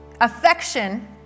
affection